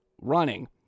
running